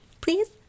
Please